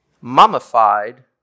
mummified